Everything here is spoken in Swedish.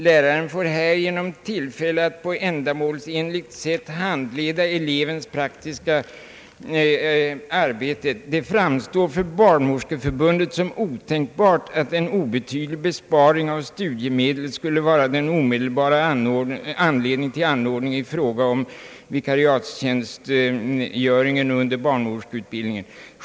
Läraren får härigenom tillfälle att på ändamålsenligt sätt handleda elevens praktiska arbete. Det framstår för Barnmorskeförbundet som otänkbart att en obetydlig besparing av studiemedel skulle vara den omedelbara anledningen till anordningen i fråga om vikariatstjänstgöringen under = barnmorskeutbildningen.